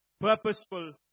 purposeful